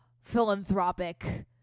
philanthropic